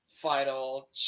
final